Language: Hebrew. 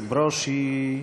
ברושי.